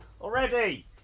already